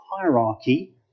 hierarchy